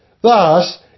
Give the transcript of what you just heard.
Thus